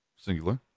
singular